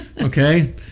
okay